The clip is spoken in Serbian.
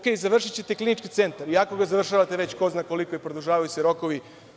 U redu, završićete Klinički centar, iako ga završavate već ko zna koliko i produžavaju se rokovi.